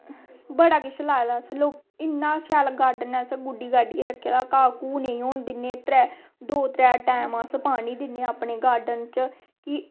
बड़ा किश लाए दा असैं इन्ना शैल गॉर्डन ऐ गुड्डी गड्डियै रक्खे दा घा घू नेंई होन दिन्ने दो त्रै टैम अस पानी दिन्ने अपने गार्डन च कि